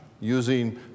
using